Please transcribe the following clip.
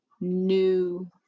new